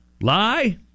Lie